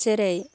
जेरै